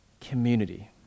community